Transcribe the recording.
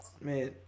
Man